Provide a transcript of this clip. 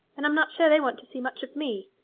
and i'm not sure they want to see much of me.